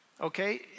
okay